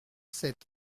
sept